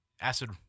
acid